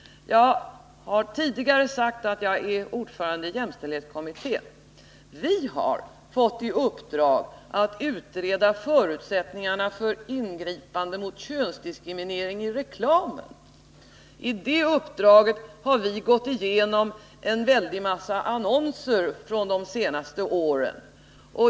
Jag har tidigare sagt att jag är ordförande i jämställdhetskommittén, som har fått i uppdrag att utreda förutsättningarna för ingripande mot könsdiskriminering i reklamen. I det uppdraget har vi gått igenom en väldig massa annonser från de senaste åren.